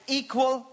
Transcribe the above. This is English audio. equal